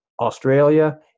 Australia